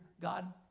God